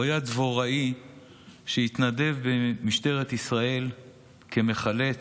הוא היה דבוראי שהתנדב במשטרת ישראל כמחלץ,